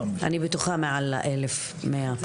אני בטוחה מעל אלף מאה.